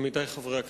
עמיתי חברי הכנסת,